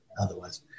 otherwise